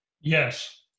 Yes